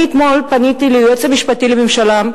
אני פניתי אתמול ליועץ המשפטי לממשלה,